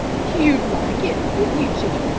you'd like it, wouldn't you, jean?